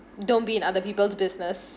don't be in other people's business